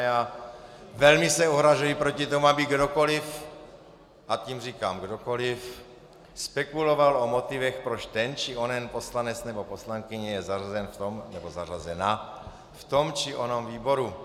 A velmi se ohrazuji proti tomu, aby kdokoliv a tím říkám kdokoliv spekuloval o motivech, proč ten či onen poslanec nebo poslankyně je zařazen nebo zařazena v tom či onom výboru.